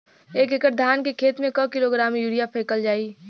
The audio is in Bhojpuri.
एक एकड़ धान के खेत में क किलोग्राम यूरिया फैकल जाई?